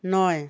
নয়